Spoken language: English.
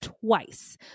twice